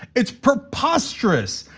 it's preposterous,